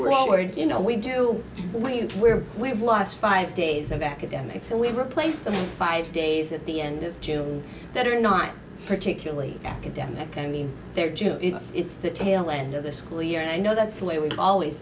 world where you know we do what you can we're we've lost five days of academics and we've replaced five days at the end of june that are not particularly academic i mean their job it's the tail end of the school year and i know that's the way we've always